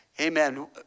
amen